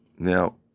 Now